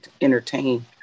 entertain